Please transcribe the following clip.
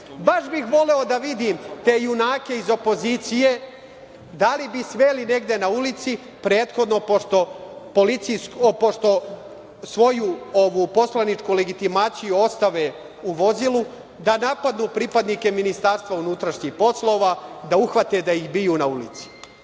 Baš bih voleo da vidim te junake iz opozicije da li bi smeli negde na ulici prethodno, pošto svoju poslaničku legitimaciju ostave u vozilu, da napadnu pripadnike MUP-a, da uhvate da ih biju na ulici.